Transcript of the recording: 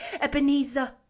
Ebenezer